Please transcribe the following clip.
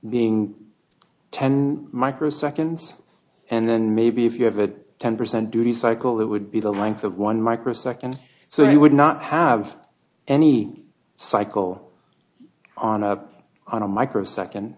being ten microseconds and then maybe if you have a ten percent duty cycle that would be the length of one microsecond so he would not have any cycle on a on a microsecond